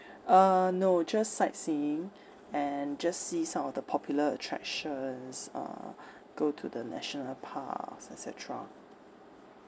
uh no just sightseeing and just see some of the popular attractions uh go to the national parks et cetera